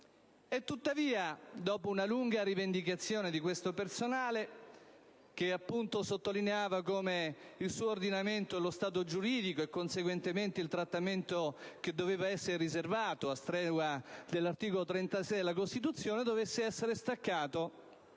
E tuttavia, dopo una lunga rivendicazione di questo personale, che sottolineava come il proprio ordinamento, lo stato giuridico, e conseguentemente il trattamento che ad esso doveva essere riservato in base all'articolo 36 della Costituzione dovesse essere